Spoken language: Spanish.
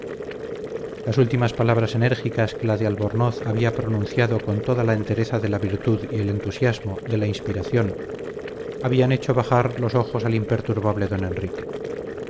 las últimas palabras enérgicas que la de albornoz había pronunciado con toda la entereza de la virtud y el entusiasmo de la inspiración habían hecho bajar los ojos al imperturbable don enrique